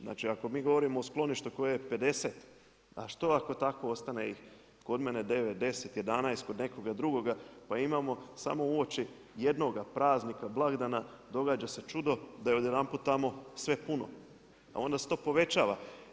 Znači ako mi govorimo o skloništu koje u kojem je 50, a što ako tako ostane ih kod mene 9, 10, 11, kod nekoga drugoga, pa imamo samo uoči jednoga praznika blagdana događa se čudo da je odjedanput tamo sve puno a onda se to povećava.